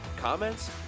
comments